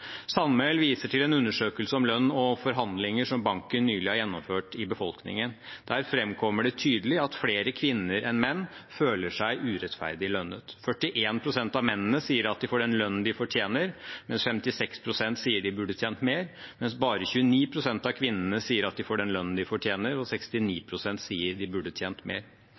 viser til en undersøkelse om lønn og forhandlinger som banken nylig har gjennomført i befolkningen. Der framkommer det tydelig at flere kvinner enn menn føler seg urettferdig lønnet. 41 pst. av mennene sier de får den lønnen de fortjener, og 56 pst. sier de burde tjent mer, mens bare 29 pst. av kvinnene sier de får den lønnen de fortjener, og 69 pst. sier de burde tjent mer.